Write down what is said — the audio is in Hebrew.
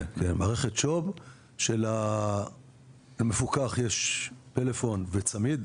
כן, מערכת שוב שלמפוקח יש פלאפון וצמיד,